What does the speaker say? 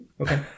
Okay